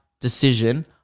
decision